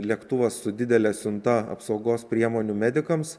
lėktuvas su didele siunta apsaugos priemonių medikams